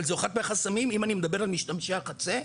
אבל זהו אחד מהחסמים אם אני מדבר על משתמשי הקצה,